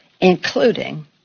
including